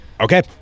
Okay